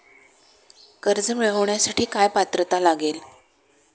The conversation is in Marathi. कर्ज मिळवण्यासाठी काय पात्रता लागेल?